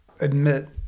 admit